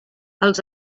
els